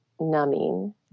numbing